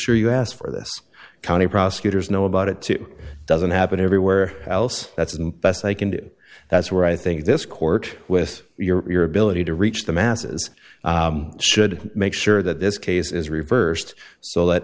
sure you ask for this county prosecutors know about it too doesn't happen everywhere else that's and best i can do that's where i think this court with your billeted to reach the masses should make sure that this case is reversed so that